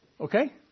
Okay